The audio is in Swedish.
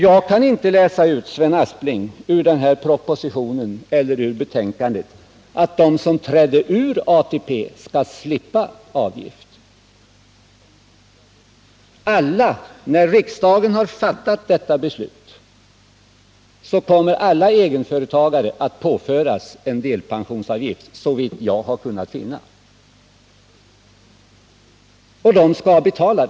Jag kan inte, Sven Aspling, ur propositionen eller ur betänkandet läsa ut att de som trädde ur ATP skall slippa betala avgift. När riksdagen har fattat detta beslut kommer, såvitt jag har kunnat finna, alla egenföretagare att påföras en egenpensionsavgift, som de skall betala.